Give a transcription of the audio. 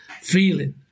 feeling